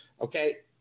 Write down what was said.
okay